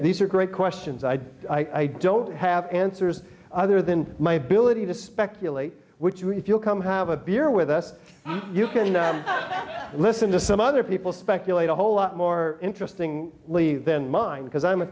these are great questions i don't have answers other than my ability to speculate which you if you'll come have a beer with us you can listen to some other people speculate a whole lot more interesting lee then mine because i'm a